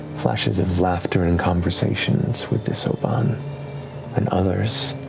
flashes of laughter and and conversations with this obann and others.